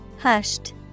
Hushed